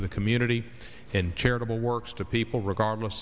to the community and charitable works to people regardless